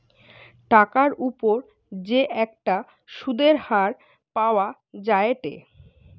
টাকার উপর যে একটা সুধের হার পাওয়া যায়েটে